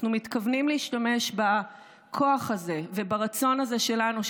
אנחנו מתכוונים להשתמש בכוח הזה וברצון הזה שלנו,